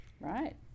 right